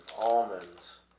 Almonds